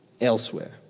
elsewhere